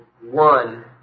one